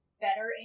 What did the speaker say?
better